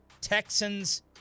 Texans